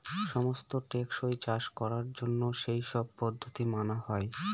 সমস্ত টেকসই চাষ করার জন্য সেই সব পদ্ধতি মানা হয়